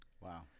Wow